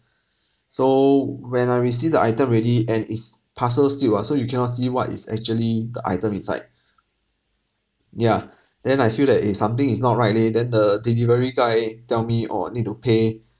so when I received the item already and it's parcel still ah so you cannot see what is actually the item inside yeah then I feel that eh something is not right leh and the delivery guy tell me oh need to pay